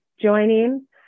joining